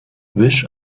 wish